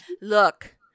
Look